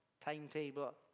timetable